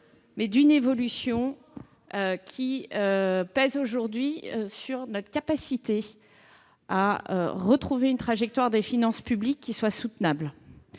-, d'une évolution qui pèse aujourd'hui sur notre capacité à retrouver une trajectoire des finances publiques qui soit soutenable.